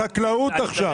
חקלאות עכשיו.